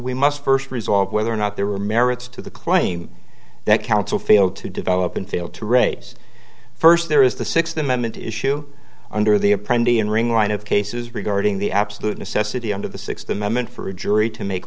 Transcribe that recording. we must first resolve whether or not there were merits to the claim that counsel failed to develop and failed to race first there is the sixth amendment issue under the apprentice in ring line of cases regarding the absolute necessity under the sixth amendment for a jury to make